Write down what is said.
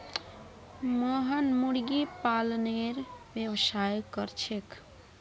मोहन मुर्गी पालनेर व्यवसाय कर छेक